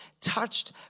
touched